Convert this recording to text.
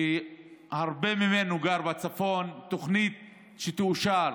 שהרבה ממנו גר בצפון, תוכנית תאושר